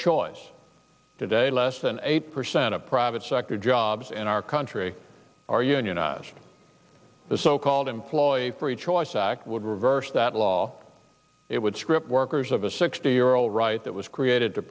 choice today less than eight percent of private sector jobs in our country are unionized the so called employee free choice act would reverse that law it would strip workers of a sixty year old right that was created to